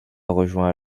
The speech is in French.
rejoint